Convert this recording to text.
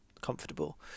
comfortable